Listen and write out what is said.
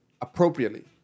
appropriately